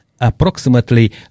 approximately